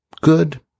good